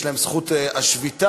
יש להם זכות השביתה,